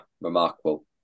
remarkable